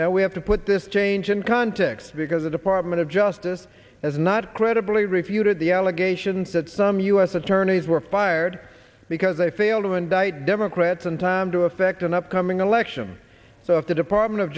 now we have to put this change in context because the department of justice as not credibly refuted the allegations that some u s attorneys were fired because they failed to indict democrats in time to effect an upcoming election so if the department of